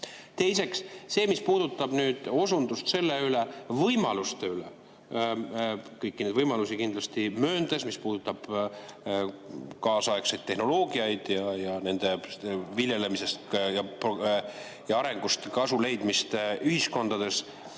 eksitav. Teiseks see, mis puudutab nüüd võimalusi – kõiki neid võimalusi kindlasti mööndes –, mis puudutab kaasaegseid tehnoloogiaid ja nende viljelemisest ja arengust kasu leidmist ühiskondades.